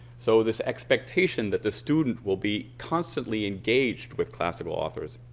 so this expectation that the student will be constantly engaged with classical authors.